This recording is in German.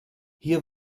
hier